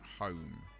home